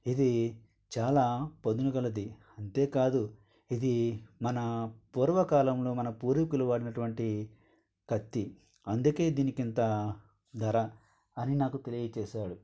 ఇది చాలా పదును గలది అంతే కాదు ఇది మన పూర్వకాలంలో మన పూర్వీకులు వాడినటువంటి కత్తి అందుకే దీనికి ఇంత ధర అని నాకు తెలియజేసాడు